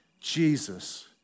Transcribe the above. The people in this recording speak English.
Jesus